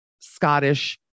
Scottish